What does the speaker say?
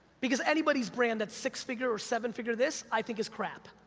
because anybody's brand that's six figure or seven figure this, i think is crap.